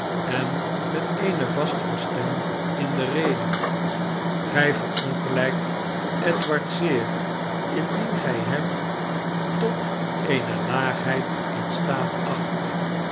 en met eene vastere stem in de rede gij verongelijkt edward zeer indien gij hem tot eene laagheid in staat acht